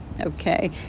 okay